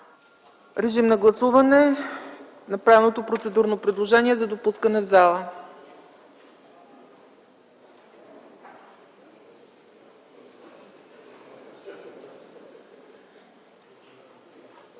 на гласуване направеното процедурно предложение за допускане в залата.